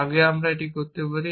আগে আমরা এটি করতে পারি